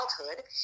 childhood